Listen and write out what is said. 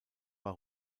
war